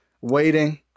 Waiting